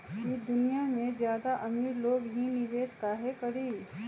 ई दुनिया में ज्यादा अमीर लोग ही निवेस काहे करई?